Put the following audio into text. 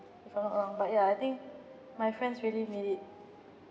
if I'm not wrong but yeah I think my friends really made it